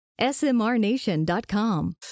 smrnation.com